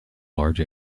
large